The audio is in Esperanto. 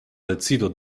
decido